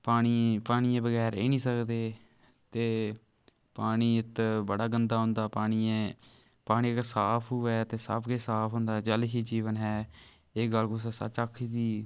पानी पानियै बगैर रेही नी सकदे ते पानी इत्त बड़ा गंदा औंदा पानी पानी अगर साफ होऐ ते सब कुछ साफ होंदा जल ही जीवन है एह् गल्ल कुसै सच्च आक्खी दी